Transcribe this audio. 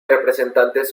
representantes